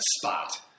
spot